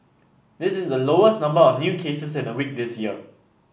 this is the lowest number of new cases in a week this year